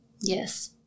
Yes